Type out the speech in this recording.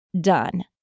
done